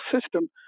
system